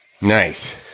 Nice